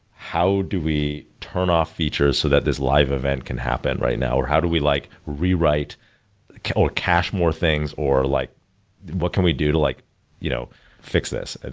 how do we turn off features so that this live event can happen right now, or how do we like rewrite or cache more things or like what can we do to like you know fix this? and